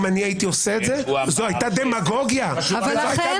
אם הייתי עושה את זה זאת הייתה דמגוגיה ------ אבל